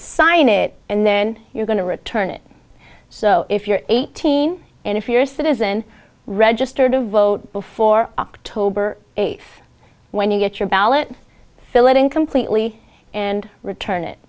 sign it and then you're going to return it so if you're eighteen and if you're a citizen registered to vote before october eighth when you get your ballot fill it in completely and return it